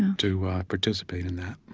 to participate in that